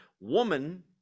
Woman